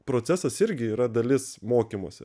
procesas irgi yra dalis mokymosi